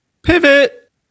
Pivot